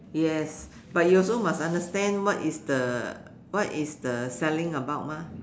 yes but you also must understand what is the what is the selling about mah